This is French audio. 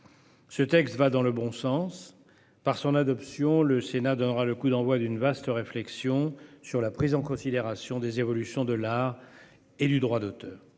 Ce texte va dans le bon sens. Par son adoption, le Sénat donnera le coup d'envoi d'une vaste réflexion sur la prise en considération des évolutions de l'art et du droit d'auteur.